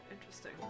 Interesting